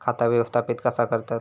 खाता व्यवस्थापित कसा करतत?